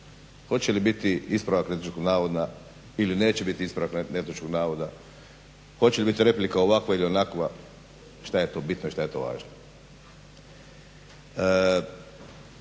Hoće li biti ispravak netočnog navoda ili neće biti ispravak netočnog navoda, hoće li biti replika ovakva ili onakva šta je tu bitno i šta je tu važno.